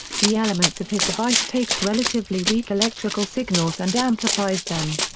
the elements of his device takes relatively weak electrical signals and amplifies them.